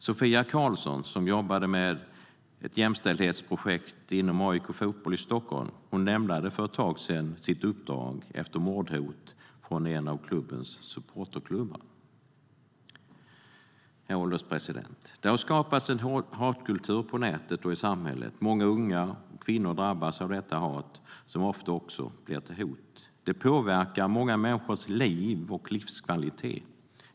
Sofia Karlsson, som jobbade med ett jämställdhetsprojekt inom AIK Fotboll i Stockholm, lämnade för ett tag sedan sitt uppdrag efter mordhot från en av klubbens supporterklubbar. Herr ålderspresident! Det har skapats en hatkultur på nätet och i samhället. Många unga och kvinnor drabbas av detta hat, som ofta också blir till hot. Det påverkar många människors liv och livskvalitet.